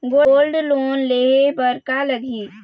Gold loan लेहे बर का लगही?